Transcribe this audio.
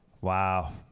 Wow